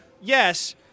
yes –